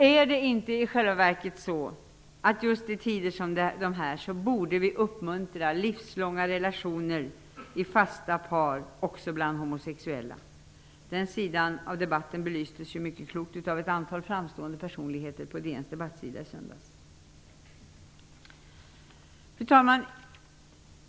Är det inte i själva verket så att vi just i tider som denna, borde uppmuntra livslånga relationer i fasta par även bland homosexuella. Den sidan av debatten belystes mycket klokt av ett antal framstående personligheter på Dagens Nyheters debattsida i söndags. Fru talman!